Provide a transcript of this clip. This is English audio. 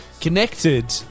connected